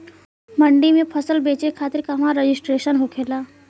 मंडी में फसल बेचे खातिर कहवा रजिस्ट्रेशन होखेला?